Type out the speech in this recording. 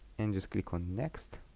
and just click on next